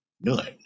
none